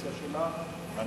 הקדנציה שלה.